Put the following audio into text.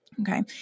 Okay